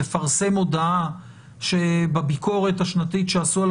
לפרסם מודעה שבביקורת השנתית שעשו על